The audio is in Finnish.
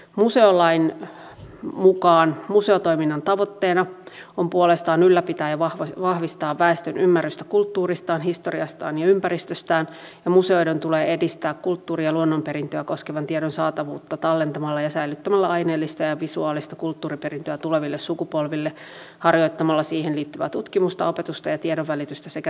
museolain mukaan museotoiminnan tavoitteena on puolestaan ylläpitää ja vahvistaa väestön ymmärrystä kulttuuristaan historiastaan ja ympäristöstään ja museoiden tulee edistää kulttuuri ja luonnonperintöä koskevan tiedon saatavuutta tallentamalla ja säilyttämällä aineellista ja visuaalista kulttuuriperintöä tuleville sukupolville harjoittamalla siihen liittyvää tutkimusta opetusta ja tiedonvälitystä sekä näyttely ja julkaisutoimintaa